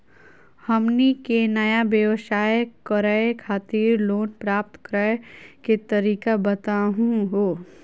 हमनी के नया व्यवसाय करै खातिर लोन प्राप्त करै के तरीका बताहु हो?